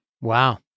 Wow